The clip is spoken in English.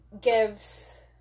gives